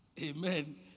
Amen